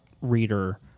reader